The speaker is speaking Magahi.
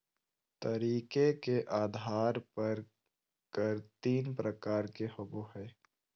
तरीके के आधार पर कर तीन प्रकार के होबो हइ